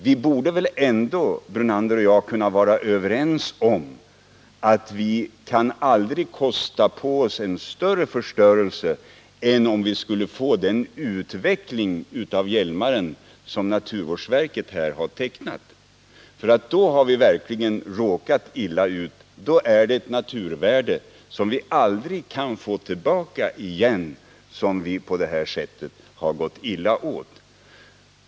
Vi borde väl ändå kunna vara överens om att vi aldrig kan acceptera en sådan förstörelse som den naturvårdsverket har tecknat för Hjälmaren. Blir förstörelsen av den omfattningen. har vi verkligen råkat illa ut — då har ett naturvärde gått förlorat som vi aldrig kan få tillbaka.